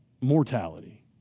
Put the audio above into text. mortality